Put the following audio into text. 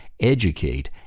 educate